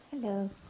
Hello